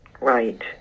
Right